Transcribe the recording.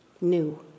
new